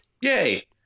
Yay